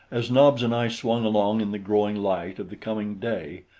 as nobs and i swung along in the growing light of the coming day,